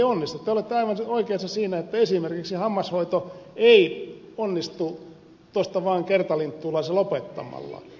te olette aivan oikeassa siinä että esimerkiksi hammashoito ei onnistu tuosta vaan kertalinttuulla se lopettamalla